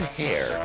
hair